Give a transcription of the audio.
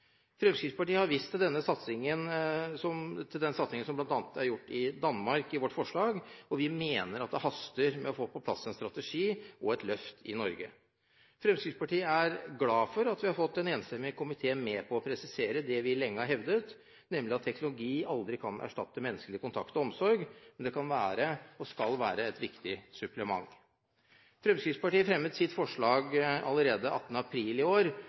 Fremskrittspartiet har i sitt forslag vist til den satsingen som bl.a. er gjort i Danmark, og vi mener det haster med å få på plass en strategi og et løft i Norge. Fremskrittspartiet er glad for at vi har fått en enstemmig komité med på å presisere det vi lenge har hevdet, nemlig at teknologi aldri kan erstatte menneskelig kontakt og omsorg, men det kan – og skal – være et viktig supplement. Fremskrittspartiet fremmet sitt forslag allerede 18. april i år,